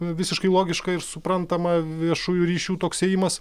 visiškai logiška ir suprantama viešųjų ryšių toks ėjimas